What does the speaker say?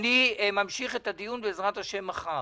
אני ממשיך את הדיון, בעזרת השם, מחר.